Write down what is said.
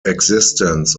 existence